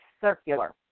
circular